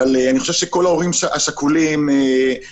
אבל אני חושב שכל ההורים השכולים ירגישו